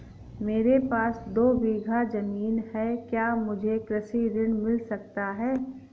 मेरे पास दो बीघा ज़मीन है क्या मुझे कृषि ऋण मिल सकता है?